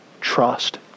trust